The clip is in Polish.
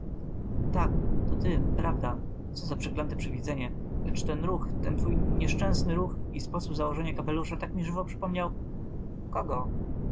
tak to ty prawda co za przeklęte przywidzenie lecz ten ruch ten twój nieszcęssny ruch i sposób założenia kapelusza tak mi żywo przypomniał kogo